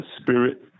spirit